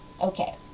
okay